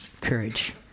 courage